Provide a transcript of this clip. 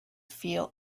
feel